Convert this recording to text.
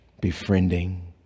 befriending